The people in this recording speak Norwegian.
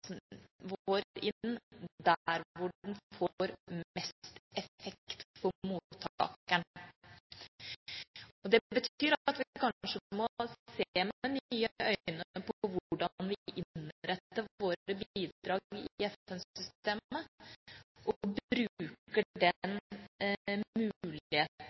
der hvor den får mest effekt for mottakeren. Det betyr at vi kanskje må se med nye øyne på hvordan vi innretter våre bidrag i FN-systemet, og hvordan vi bruker